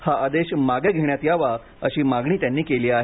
हा आदेश मागे घेण्यात यावा अशी मागणी त्यांनी केलीआहे